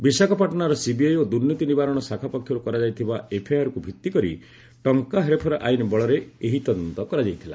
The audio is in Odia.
ବିଶାଖାପାଟଣାର ସିବିଆଇ ଓ ଦୁର୍ନୀତି ନିବାରଣ ଶାଖା ପକ୍ଷରୁ କରାଯାଇଥିବା ଏଫଆଇଆର୍କୁ ଭିଭିକରି ଟଙ୍କା ହେର୍ଫେର ଆଇନ ବଳରେ ଏହି ତଦନ୍ତ କରାଯାଇଥିଲା